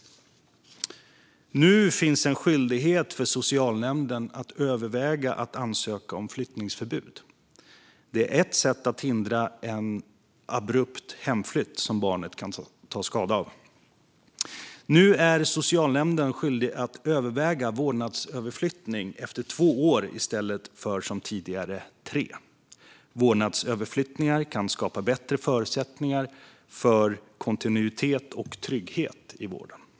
Nu finns en skyldighet för socialnämnden att överväga att ansöka om flyttningsförbud. Det är ett sätt att hindra en abrupt hemflytt som barnet kan ta skada av. Nu är socialnämnden skyldig att överväga vårdnadsöverflyttning efter två år i stället för tre, som tidigare. Vårdnadsöverflyttningar kan skapa bättre förutsättningar för kontinuitet och trygghet i vården.